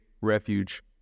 refuge